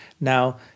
Now